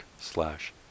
slash